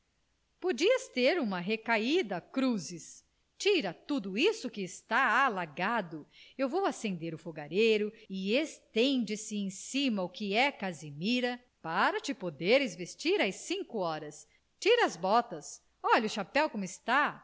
podias ter uma recaída cruzes tira tudo isso que está alagado eu vou acender o fogareiro e estende-se em cima o que é casimira para te poderes vestir às cinco horas tira as botas olha o chapéu como está